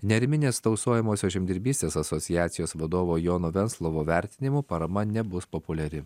neariminės tausojamosios žemdirbystės asociacijos vadovo jono venslovo vertinimu parama nebus populiari